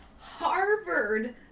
Harvard